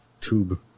Tube